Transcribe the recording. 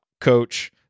coach